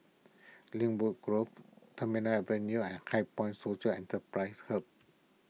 Lynwood Grove Terminal Avenue and HighPoint Social Enterprise Hub